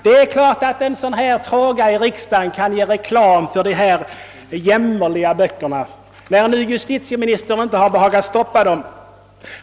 Det är klart att behandlingen av en sådan här fråga i riksdagen kan ge de här jämmerliga böckerna reklam, när nu justitieministern inte har behagat stoppat dem.